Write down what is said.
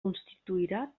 constituirà